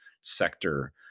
sector